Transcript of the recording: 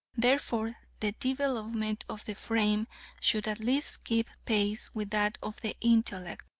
therefore, the development of the frame should at least keep pace with that of the intellect,